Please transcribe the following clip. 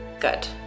good